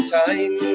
time